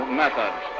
methods